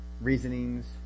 reasonings